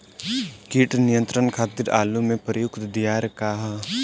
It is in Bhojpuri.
कीट नियंत्रण खातिर आलू में प्रयुक्त दियार का ह?